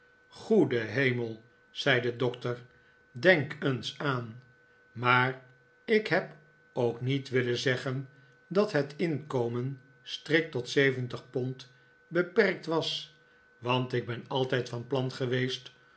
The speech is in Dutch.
goede hemell zei de doctor denk david copperfield eens aan maar ik heb ook met willen zeggen dat het inkomen strikt tot zeventig pond beperkt was want ik ben altijd van plan geweest